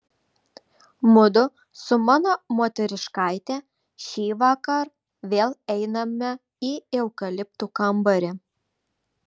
mudu su mano moteriškaite šįvakar vėl einame į eukaliptų kambarį